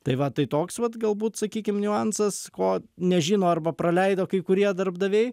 tai va tai toks vat galbūt sakykim niuansas ko nežino arba praleido kai kurie darbdaviai